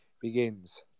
begins